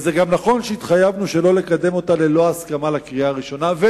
זה גם נכון שהתחייבנו שלא לקדם אותה לקריאה הראשונה ללא הסכמה,